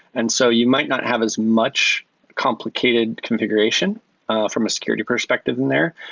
and so you might not have as much complicated configuration from a security perspective in there.